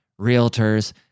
realtors